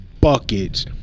buckets